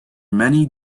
many